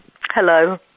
Hello